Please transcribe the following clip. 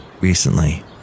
recently